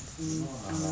no ah like